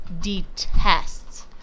detests